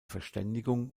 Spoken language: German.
verständigung